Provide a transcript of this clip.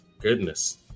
Goodness